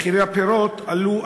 גם מחירי הפירות עלו,